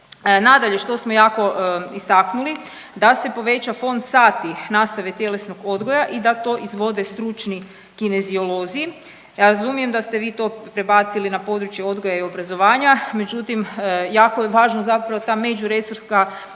Nadalje, što smo jako istaknuli, da se poveća fond sati nastave tjelesnog odgoja i da to izvode stručni kineziolozi. Razumijem da ste vi to prebacili na područje odgoja i obrazovanja, međutim, jako je važno zapravo ta međuresorska suradnja.